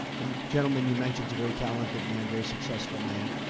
the gentleman you mentioned is a very talented man, very successful man.